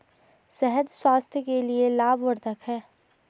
शहद स्वास्थ्य के लिए लाभवर्धक है